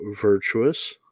virtuous